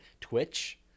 Twitch